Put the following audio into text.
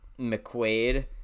McQuaid